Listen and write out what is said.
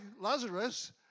Lazarus